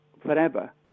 forever